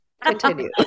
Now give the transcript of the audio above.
Continue